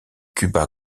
cuba